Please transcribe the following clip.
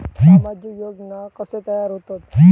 सामाजिक योजना कसे तयार होतत?